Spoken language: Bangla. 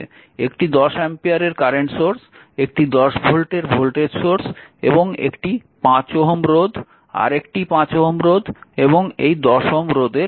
একটি 10 অ্যাম্পিয়ারের কারেন্ট সোর্স একটি 10 ভোল্টের ভোল্টেজ সোর্স একটি 5 Ω রোধ আরেকটি 5 Ω রোধ এবং এই 10 Ω রোধের দুই প্রান্তের ভোল্টেজ হল v0